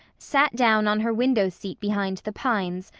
sat down on her window seat behind the pines,